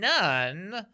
none